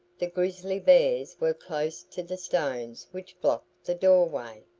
the grizzly bears were close to the stones which blocked the door-way.